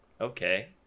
okay